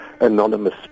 anonymous